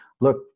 look